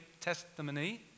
testimony